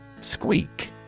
Squeak